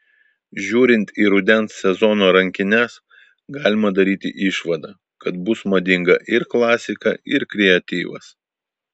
žiūrint į rudens sezono rankines galima daryti išvadą kad bus madinga ir klasika ir kreatyvas